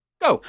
go